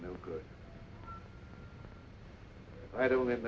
no good i don't have